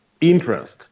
interest